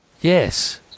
yes